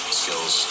skills